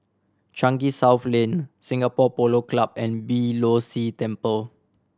Changi South Lane Singapore Polo Club and Beeh Low See Temple